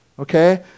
Okay